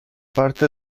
parte